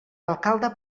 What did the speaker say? alcalde